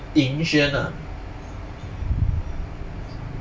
ying xuan ah